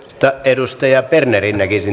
yhtä edustaja bernerin näkisin